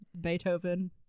Beethoven